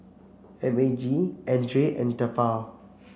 M A G Andre and Tefal